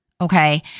okay